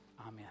Amen